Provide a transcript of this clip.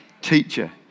teacher